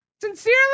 Sincerely